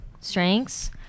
Strengths